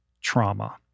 trauma